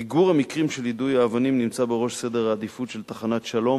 מיגור המקרים של יידוי האבנים נמצא בראש סדר העדיפות של תחנת "שלם",